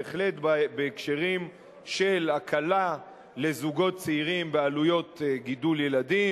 בהחלט בהקשרים של הקלה לזוגות צעירים בעלויות גידול ילדים,